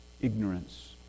ignorance